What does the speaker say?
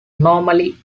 normally